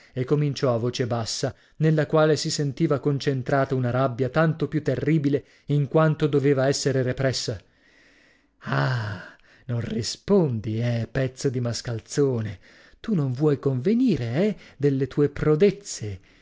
e cominciò a voce bassa nella quale si sentiva concentrata una rabbia tanto più terribile in quanto doveva essere repressa ah non rispondi eh pezzo di mascalzone tu non vuoi convenire eh delle tue prodezze